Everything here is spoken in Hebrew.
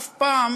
אף פעם